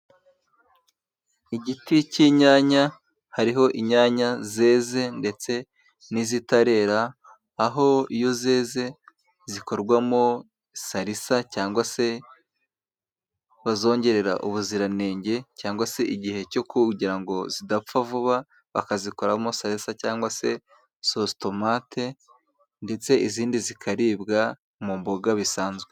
Igiti cy'inyanya hariho inyanya zeze ndetse n'izitarera, aho iyo zeze zikorwamo salisa cyangwa se bazongerera ubuziranenge cyangwa se igihe cyo kugirango zidapfa vuba bakazikoramo salisa cyangwa se sositomate ndetse izindi zikaribwa mu mboga bisanzwe.